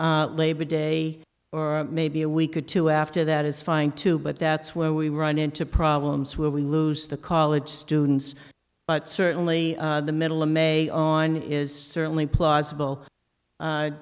labor day or maybe a week or two after that is fine too but that's where we run into problems where we lose the college students but certainly the middle i'm a on is certainly plausible